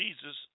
Jesus